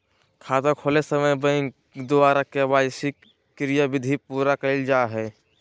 खाता खोलय समय बैंक द्वारा के.वाई.सी क्रियाविधि पूरा कइल जा हइ